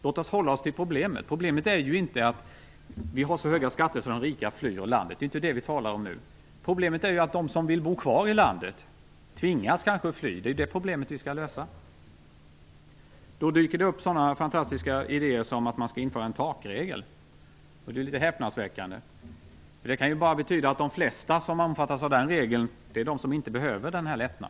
Låt oss hålla oss till problemet. Problemet är ju inte att vi har så höga skatter att de rika flyr landet. Det är inte det vi talar om nu. Problemet är ju att de som vill bo kvar i landet kanske tvingas att fly. Det är ju det problemet vi skall lösa. Då dyker det upp sådana här fantastiska idéer som att man skall införa en takregel. Det är ju litet häpnadsväckande, för det kan ju bara betyda att de flesta som skulle omfattas av en sådan regel är de som inte behöver någon lättnad.